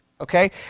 Okay